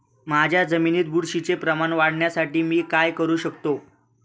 माझ्या जमिनीत बुरशीचे प्रमाण वाढवण्यासाठी मी काय करू शकतो?